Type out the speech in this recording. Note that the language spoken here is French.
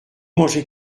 manger